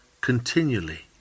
continually